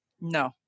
no